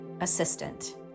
assistant